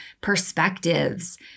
perspectives